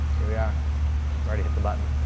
here we are already hit the button.